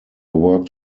worked